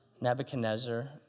Nebuchadnezzar